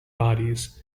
bodies